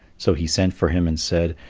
so he sent for him and said,